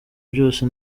byose